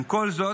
עם כל זאת,